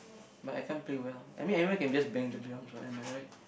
but I can't play well I mean everyone can just bang the drums what am I right